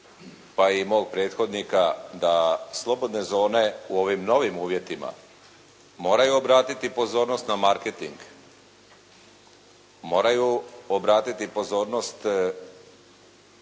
pa i mog prethodnika da slobodne zone u ovim novim uvjetima moraju obratiti pozornost na marketing. Moraju obratiti pozornost